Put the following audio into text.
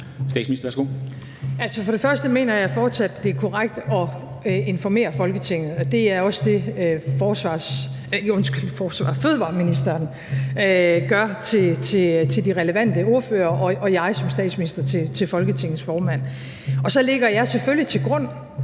For det første mener jeg fortsat, at det er korrekt at informere Folketinget. Det er også det, fødevareministeren gør til de relevante ordførere, og som jeg som statsminister gør til Folketingets formand. Så lægger jeg selvfølgelig til grund,